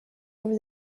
over